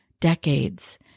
decades